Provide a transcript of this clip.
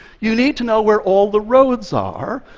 you need to know where all the roads are,